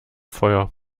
feuer